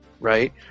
right